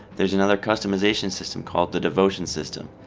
there is another customization system called the devotion system.